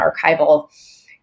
archival